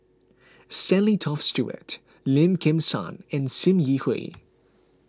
Stanley Toft Stewart Lim Kim San and Sim Yi Hui